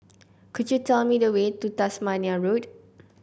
could you tell me the way to Tasmania Road